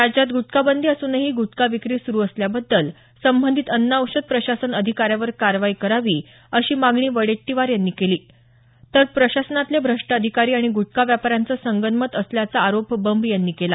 राज्यात गुटखा बंदी असूनही गुटखा विक्री सुरू असल्याबद्दल संबंधित अन्न औषध प्रशासन अधिकाऱ्यावर कारवाई करावी अशी मागणी वडेट्टीवार यांनी केली तर प्रशासनातले भ्रष्ट अधिकारी आणि गुटखा व्यापाऱ्यांचं संगनमत असल्याचा आरोप बंब यांनी केला